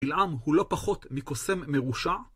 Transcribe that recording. בלעם הוא לא פחות מקוסם מרושע.